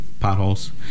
Potholes